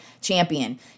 champion